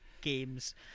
games